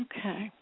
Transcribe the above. Okay